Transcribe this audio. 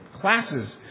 classes